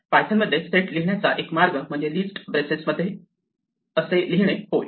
Python मध्ये set लिहिण्याचा एक मार्ग म्हणजे लिस्ट ब्रेसेस मध्ये असे लिहिणे होय